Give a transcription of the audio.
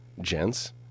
Gents